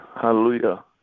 Hallelujah